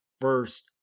first